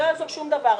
לא יעזור שום דבר,